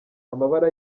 amabara